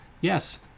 yes